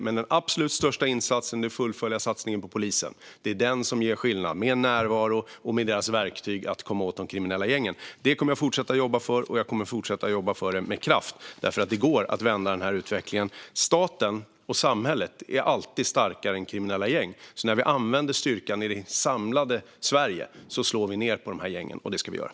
Den absolut största insatsen är dock att fullfölja satsningen på polisen. Det är den som gör skillnad genom större närvaro och fler verktyg för att komma åt de kriminella gängen. Detta kommer jag att fortsätta jobba för med kraft, för det går att vända denna utveckling. Staten och samhället är alltid starkare än kriminella gäng. När vi använder styrkan i det samlade Sverige slår vi ned på dessa gäng, och det ska vi göra.